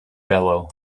bellow